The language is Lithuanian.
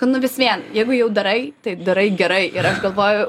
kad nu vis vien jeigu jau darai tai darai gerai ir aš galvoju